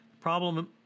problem